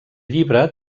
llibre